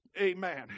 Amen